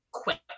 Quick